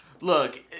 Look